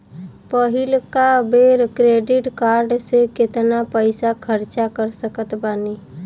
पहिलका बेर credit card से केतना पईसा खर्चा कर सकत बानी?